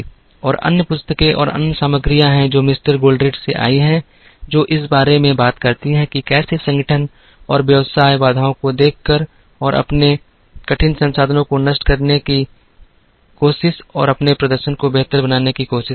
और अन्य पुस्तकें और अन्य सामग्रियां हैं जो मिस्टर गोल्डरेट से आई हैं जो इस बारे में बात करती हैं कि कैसे संगठन और व्यवसाय बाधाओं को देखकर और अपने कठिन संसाधनों को नष्ट करने की कोशिश करके अपने प्रदर्शन को बेहतर बनाने की कोशिश करते हैं